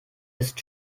ist